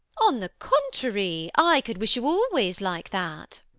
on the contrary, i could wish you always like that.